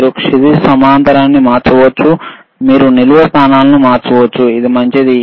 మీరు క్షితిజ సమాంతరాన్ని మార్చవచ్చు మీరు నిలువు స్థానాలను మార్చవచ్చు ఇది మంచిది